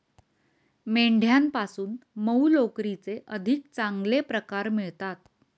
मेंढ्यांपासून मऊ लोकरीचे अधिक चांगले प्रकार मिळतात